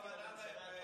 והוא גם ענה להם,